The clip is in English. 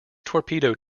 torpedo